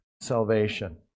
salvation